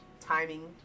timing